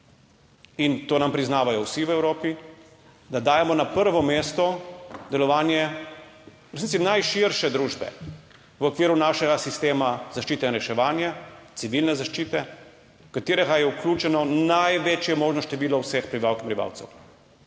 in to nam priznavajo vsi v Evropi, da dajemo na prvo mesto delovanje v resnici najširše družbe v okviru našega sistema zaščite in reševanja, civilne zaščite, v katerega je vključeno največje možno število vseh prebivalk in prebivalcev.